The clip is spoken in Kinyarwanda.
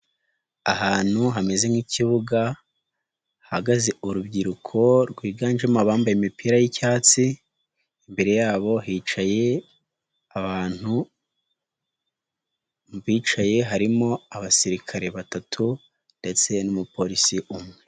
Ahantu hameze nk'ikibuga hahagaze urubyiruko rwiganjemo abambaye imipira y'icyatsi, imbere yabo hicaye abantu, abicaye harimo abasirikare batatu ndetse n'umupolisi umwe.